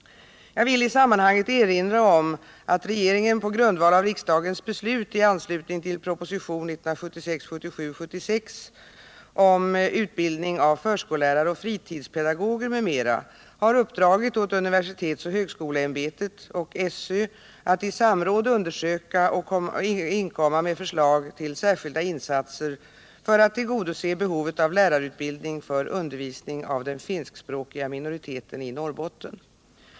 Jag villi sammanhanget erinra om att regeringen på grundval av riksdagens beslut i anslutning till propositionen 1976/77:76 om utbildning av förskollä rare och fritidspedagoger m.m. har uppdragit åt universitetsoch högskoleämbetet och SÖ att i samråd undersöka och inkomma med förslag till särskilda insatser för att tillgodose behovet av lärarutbildning för undervisning av den finskspråkiga minoriteten i Norrbotten.